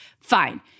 Fine